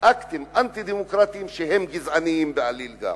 אקטים אנטי-דמוקרטיים שהם גזעניים בעליל.